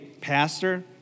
Pastor